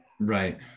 right